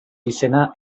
izena